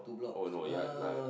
oh no ya lah